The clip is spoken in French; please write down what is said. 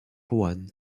juan